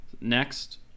Next